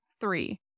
three